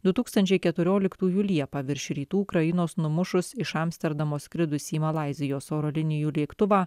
du tūkstančiai keturioliktųjų liepą virš rytų ukrainos numušus iš amsterdamo skridusį malaizijos oro linijų lėktuvą